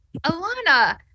Alana